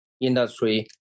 industry